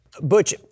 Butch